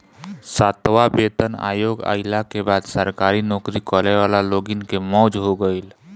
सातवां वेतन आयोग आईला के बाद सरकारी नोकरी करे वाला लोगन के मौज हो गईल